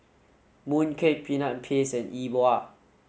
mooncake peanut paste and E Bua